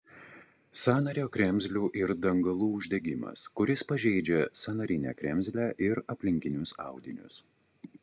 sąnario kremzlių ir dangalų uždegimas kuris pažeidžia sąnarinę kremzlę ir aplinkinius audinius